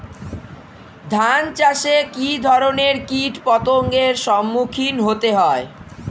ধান চাষে কী ধরনের কীট পতঙ্গের সম্মুখীন হতে হয়?